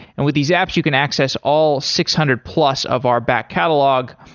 and with these apps you can access all six hundred plus of our back catalog,